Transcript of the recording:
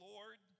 Lord